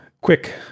quick